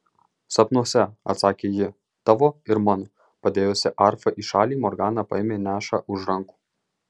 sapnuose atsakė ji tavo ir mano padėjusi arfą į šalį morgana paėmė nešą už rankų